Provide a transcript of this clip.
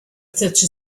such